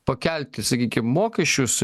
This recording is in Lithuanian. pakelti sakykim mokesčius